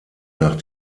nach